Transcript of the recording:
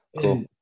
Cool